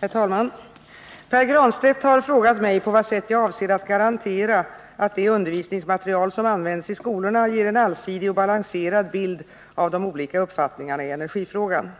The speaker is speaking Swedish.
Herr talman! Pär Granstedt har frågat mig på vad sätt jag avser att garantera att det undervisningsmaterial som används i skolorna ger en allsidig och balanserad bild av de olika uppfattningarna i energifrågan.